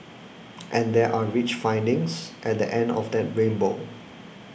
and there are rich findings at the end of that rainbow